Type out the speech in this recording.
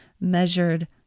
measured